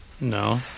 No